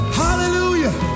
hallelujah